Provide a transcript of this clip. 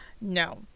No